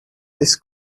this